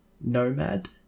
nomad